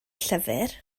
llyfr